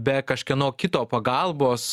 be kažkieno kito pagalbos